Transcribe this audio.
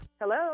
Hello